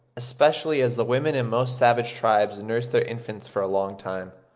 especially as the women in most savage tribes nurse their infants for a long time.